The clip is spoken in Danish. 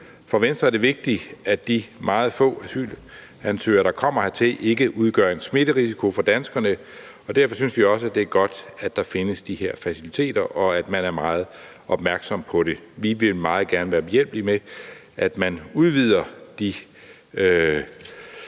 For Venstre er det vigtigt, at de meget få asylansøgere, der kommer hertil, ikke udgør en smitterisiko for danskerne, og derfor synes vi også, at det er godt, at der findes de her faciliteter, og at man er meget opmærksom på det. Vi vil meget gerne være behjælpelige med, at man udvider de